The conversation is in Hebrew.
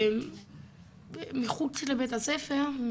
מחוץ לבית הספר,